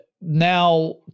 now